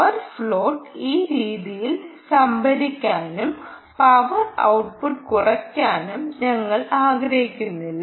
power float ഈ രീതിയിൽ സംഭവിക്കാനും പവർ ഔട്ട്പുട്ട് കുറയ്ക്കാനും ഞങ്ങൾ ആഗ്രഹിക്കുന്നില്ല